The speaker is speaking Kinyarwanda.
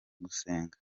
gusenga